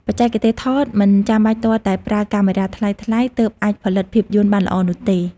បច្ចេកទេសថតមិនចាំបាច់ទាល់តែប្រើកាមេរ៉ាថ្លៃៗទើបអាចផលិតភាពយន្តបានល្អនោះទេ។